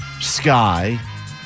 Sky